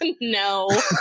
No